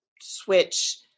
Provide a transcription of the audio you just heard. switch